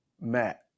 Matt